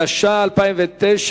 אם כן, רבותי, הצעת החוק נתקבלה.